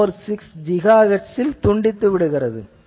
46 GHz யில் துண்டித்துவிடுகிறது